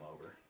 over